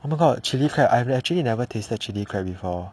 oh my god of chilli crab I've actually never tasted chilli crab before